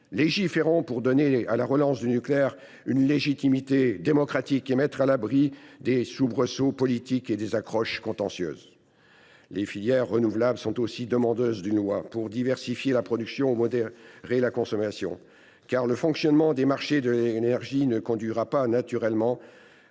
Légiférons pour donner à la relance du nucléaire une légitimité démocratique et la mettre à l’abri des soubresauts politiques et des accroches contentieuses. Les filières renouvelables sont aussi demandeuses d’une loi pour diversifier la production ou modérer la consommation. Ayons à l’esprit que le fonctionnement des marchés de l’énergie ne conduira pas naturellement